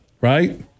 right